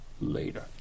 later